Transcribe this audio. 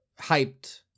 hyped